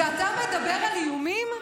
ואתה מדבר על איומים?